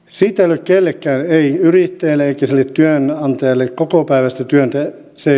siitä ei ole kellekään ei yrittäjälle eikä sille työnantajalle